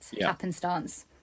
happenstance